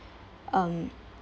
um